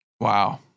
Wow